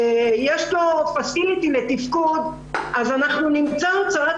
יש לו פסיליטי לתפקוד אז אנחנו נמצא הוצאת